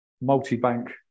multi-bank